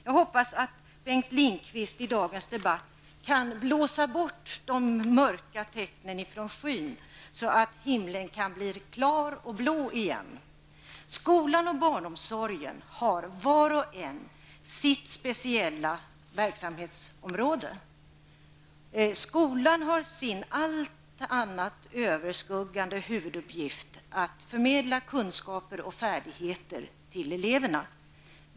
Jag hoppas att Bengt Lindqvist i dagens debatt kan blåsa bort de mörka tecknen ifrån skyn så att himlen kan bli klar och blå igen. Skolan och barnomsorgen har var för sig sitt speciella verksamhetsområde. Skolans allt annat överskuggande huvuduppgift är att förmedla kunskaper och färdigheter till eleverna.